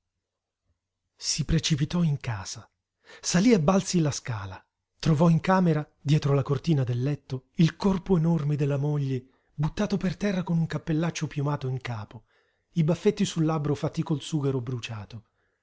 si precipitò in casa salí a balzi la scala trovò in camera dietro la cortina del letto il corpo enorme della moglie buttato per terra con un cappellaccio piumato in capo i baffetti sul labbro fatti col sughero bruciato